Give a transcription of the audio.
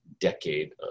decade